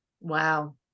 wow